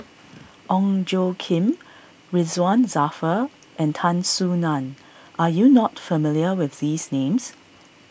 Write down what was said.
Ong Tjoe Kim Ridzwan Dzafir and Tan Soo Nan are you not familiar with these names